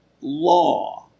law